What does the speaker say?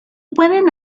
pueden